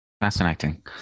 Fascinating